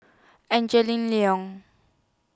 Liong